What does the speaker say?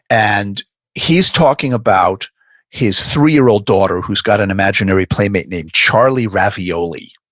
and he's talking about his three year old daughter who's got an imaginary playmate named charlie ravioli.